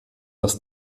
dass